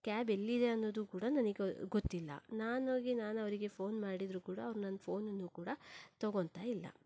cab ಎಲ್ಲಿದೆ ಅನ್ನೋದು ಕೂಡ ನನಗ್ ಗೊತ್ತಿಲ್ಲ ನಾನು ಹೋಗಿ ನಾನು ಅವರಿಗೆ ಫೋನ್ ಮಾಡಿದರೂ ಕೂಡ ಅವ್ರು ನನ್ನ ಫೋನನ್ನು ಕೂಡ ತೊಗೊತ ಇಲ್ಲ